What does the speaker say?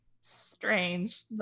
strange